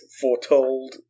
foretold